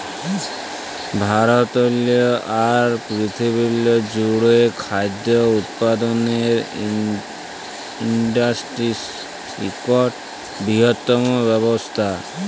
ভারতেরলে আর পিরথিবিরলে জ্যুড়ে খাদ্য উৎপাদলের ইন্ডাসটিরি ইকট বিরহত্তম ব্যবসা